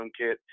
HomeKit